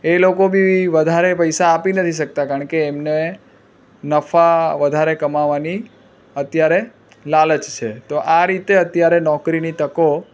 એ લોકો બી વધારે પૈસા આપી નથી શકતા કારણકે એમને નફા વધારે કમાવાની અત્યારે લાલચ છે તો આ રીતે અત્યારે નોકરીની તકો